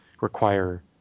require